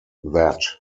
that